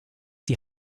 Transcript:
die